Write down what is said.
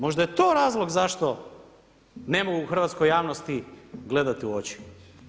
Možda je to razlog zašto ne mogu hrvatskoj javnosti gledati u oči.